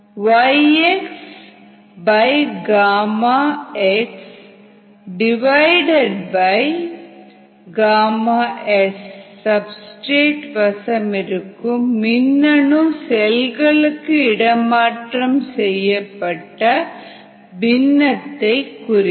yx xΓs substrate வசமிருக்கும் மின்னணு செல்களுக்கு இடமாற்றம் செய்யப்பட்ட பின்னத்தை குறிக்கும்